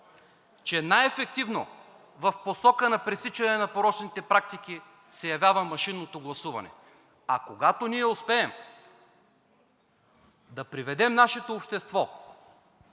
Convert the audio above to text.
че най-ефективно в посока на пресичане на порочните практики се явява машинното гласуване, а когато ние успеем да приведем нашето общество